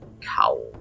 cowl